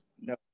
no